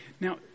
Now